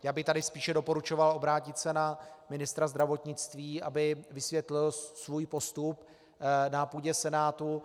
Já bych tady spíše doporučoval obrátit se na ministra zdravotnictví, aby vysvětlil svůj postup na půdě Senátu.